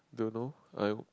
don't know I